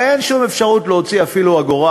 הרי אין שום אפשרות להוציא אפילו אגורה